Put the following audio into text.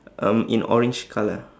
um in orange colour